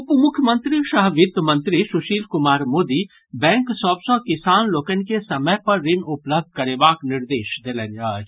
उप मुख्यमंत्री सह वित्त मंत्री सुशील कुमार मोदी बैंक सभ सँ किसान लोकनि के समय पर ऋण उपलब्ध करेबाक निर्देश देलनि अछि